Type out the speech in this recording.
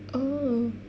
oh